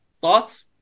Thoughts